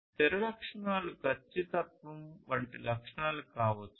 స్థిర లక్షణాలు ఖచ్చితత్వం వంటి లక్షణాలు కావచ్చు